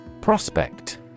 Prospect